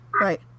Right